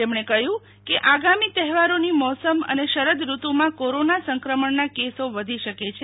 તેમણે કહ્યું કે આગામી તહેવારોની મોસમ અને શરદ ઋતુમાં કોરોના સંક્રમણના કેસો વધી શકે છે